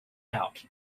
out